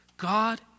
God